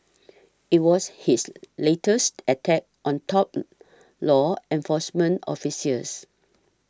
it was his latest attack on top law enforcement officials